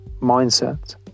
mindset